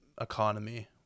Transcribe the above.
economy